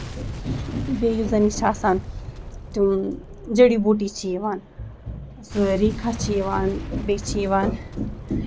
بیٚیہِ یُس زَن یہِ چھُ آسان تِم جیڈی بوٗٹی چھِ یِوان سٲری خت چھِ یِوان بیٚیہِ چھِ یِوان